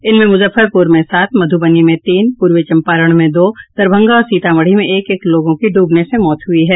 इनमें मुजफ्फरपुर में सात मधुबनी में तीन पूर्वी चंपारण में दो दरभंगा और सीतामढ़ी में एक एक लोगों की डूबने से मौत हुई है